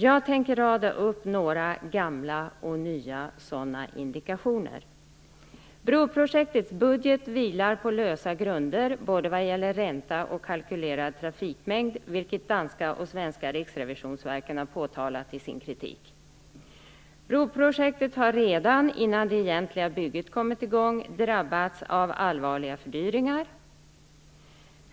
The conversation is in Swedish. Jag tänker rada upp några gamla och nya sådana indikationer. - Broprojektets budget vilar på lösa grunder vad gäller både ränta och kalkylerad trafikmängd, vilket de danska och svenska riksrevisionsverken har påtalat i sin kritik. - Broprojektet har redan innan det egentliga bygget kommit i gång drabbats av allvarliga fördyringar.